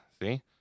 see